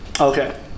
Okay